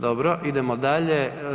Dobro, idemo dalje.